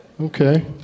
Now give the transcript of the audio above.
Okay